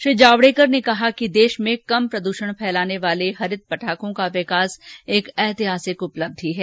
श्री जावड़ेकर ने कहा कि देश में कम प्रदूषण फैलाने वाले हरित पटाखों का विकास एक ऐतिहासिक कदम है